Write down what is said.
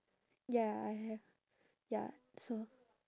ya I have ya it's a